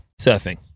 surfing